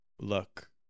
look